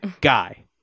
Guy